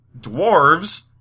dwarves